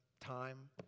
time